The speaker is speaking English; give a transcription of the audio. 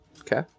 Okay